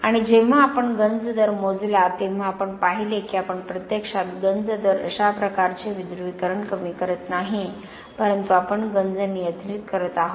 आणि जेव्हा आपण गंज दर मोजला तेव्हा आपण पाहिले की आपण प्रत्यक्षात गंज दर अशा प्रकारचे विध्रुवीकरण कमी करत नाही परंतु आपण गंज नियंत्रित करत आहोत